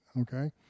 Okay